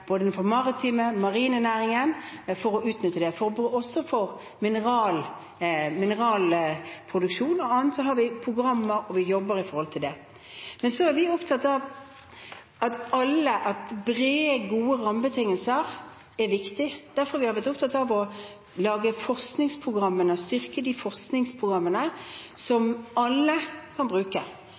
både innenfor maritime og marine næringer, for å utnytte det. Også for mineralproduksjon og annet har vi programmer, og vi jobber i forhold til det. Men så er vi opptatt av at brede, gode rammebetingelser er viktig. Derfor har vi vært opptatt av å lage forskningsprogrammer og styrke de forskningsprogrammene som alle kan bruke,